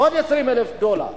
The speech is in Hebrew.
עוד 20,000 דולר.